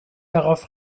darauf